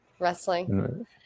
Wrestling